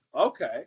Okay